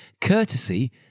courtesy